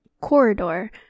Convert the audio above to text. corridor